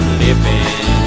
living